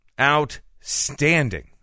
Outstanding